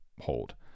hold